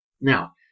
Now